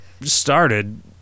started